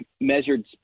measured